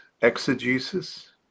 exegesis